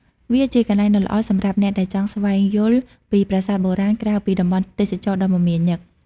វាជាកន្លែងដ៏ល្អសម្រាប់អ្នកដែលចង់ស្វែងយល់ពីប្រាសាទបុរាណក្រៅពីតំបន់ទេសចរណ៍ដ៏មមាញឹក។